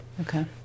Okay